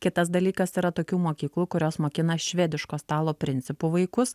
kitas dalykas yra tokių mokyklų kurios mokina švediško stalo principu vaikus